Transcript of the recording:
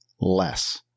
less